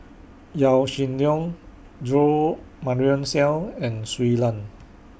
Yaw Shin Leong Jo Marion Seow and Shui Lan